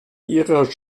ihrer